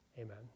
Amen